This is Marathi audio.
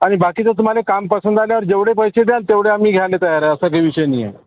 आणि बाकीचं तुम्हाला काम पसंद आल्यावर जेवढे पैसे द्याल तेवढे आम्ही घ्यायला तयार आहे असं काही विषय नाही आहे